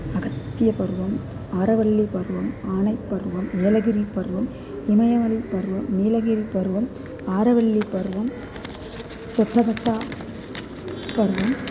अगत्यपर्वम् आरवल्लिपर्वम् आणैपर्वम् एलगिरि पर्वम् इमयवलिपर्वं नीलगिरि पर्वम् आरवल्लिपर्वं स्वट्टपट्टपर्वम्